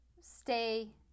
stay